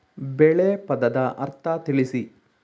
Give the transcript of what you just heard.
ಬೆಳೆ ಪದದ ಅರ್ಥ ತಿಳಿಸಿ?